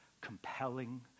compelling